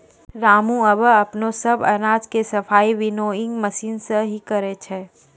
रामू आबॅ अपनो सब अनाज के सफाई विनोइंग मशीन सॅ हीं करै छै